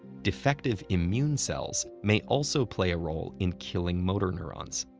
defective immune cells may also play a role in killing motor neurons.